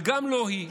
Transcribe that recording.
וגם לא היא.